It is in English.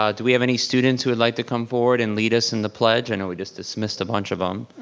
ah do we have any students who would like to come forward and lead us in the pledge? i know we just dismissed a bunch of them.